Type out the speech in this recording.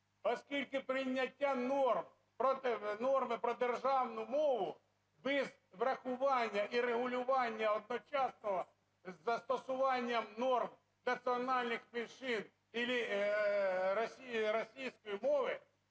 Оскільки прийняття норми про державну мову без врахування і регулювання одночасно з застосуванням норм національних меншин или російської мови